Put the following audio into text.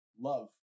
love